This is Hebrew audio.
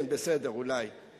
כן, בסדר, אולי.